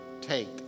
Take